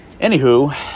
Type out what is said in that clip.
anywho